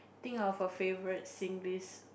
think of a favourite Singlish